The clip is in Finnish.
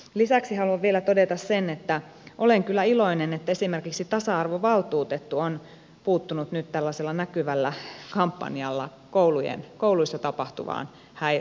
lisäksi haluan vielä todeta sen että olen kyllä iloinen että esimerkiksi tasa arvovaltuutettu on puuttunut nyt näkyvällä kampanjalla kouluissa tapahtuvaan häirintään